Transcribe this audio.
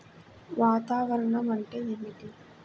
వాతావరణం అంటే ఏమిటి?